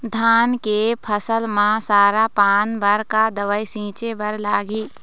धान के फसल म सरा पान बर का दवई छीचे बर लागिही?